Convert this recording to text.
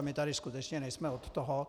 My tady skutečně nejsme od toho.